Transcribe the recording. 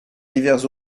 divers